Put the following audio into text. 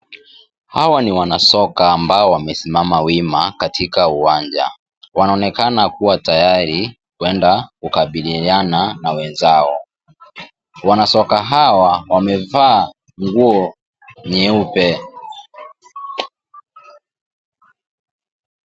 Hawa ni wanasoka ambao wamesimama wima katika uwanja. Wanaonekana kuwa tayari kwenda kukabiliana na wenzao. Wanasoka hawa wamevaa nguo nyeupe.